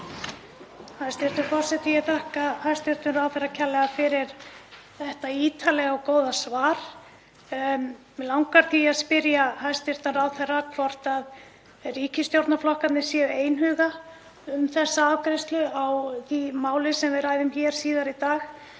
Hæstv. forseti. Ég þakka hæstv. ráðherra kærlega fyrir þetta ítarlega og góða svar. En mig langar því að spyrja hæstv. ráðherra hvort ríkisstjórnarflokkarnir séu einhuga um þessa afgreiðslu á því máli sem við ræðum hér síðar í dag,